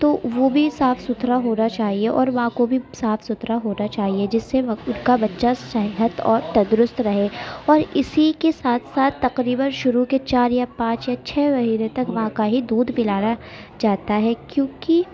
تو وہ بھی صاف ستھرا ہونا چاہیے اور ماں کو بھی صاف ستھرا ہونا چاہیے جس سے ان کا بچہ صحت اور تندرست رہے اور اسی کے ساتھ ساتھ تقریباً شروع کے چار یا پانچ یا چھ مہینے تک ماں کا ہی دودھ پلانا چاہتا ہے کیوں کہ